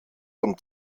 von